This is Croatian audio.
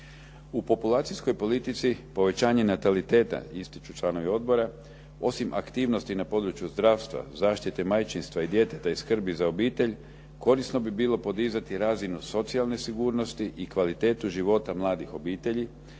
U populacijskoj politici povećanje nataliteta, ističu članovi odbora, osim aktivnosti na području zdravstva, zaštite majčinstva i djeteta i skrbi za obitelj, korisno bi bilo podizati razinu socijalne sigurnosti i kvalitetu života mladih obitelji,